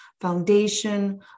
foundation